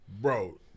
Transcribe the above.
bro